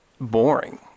boring